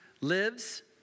lives